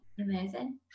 amazing